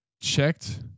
checked